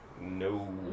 no